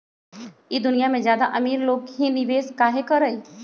ई दुनिया में ज्यादा अमीर लोग ही निवेस काहे करई?